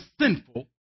sinful